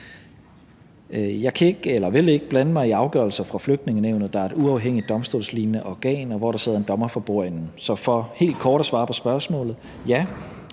Jeg vil ikke blande mig i afgørelser fra Flygtningenævnet, der er et uafhængigt domstolslignende organ, hvor der sidder en dommer for bordenden, så for helt kort at svare på spørgsmålet: Ja,